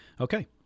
Okay